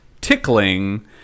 tickling